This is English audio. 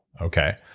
okay,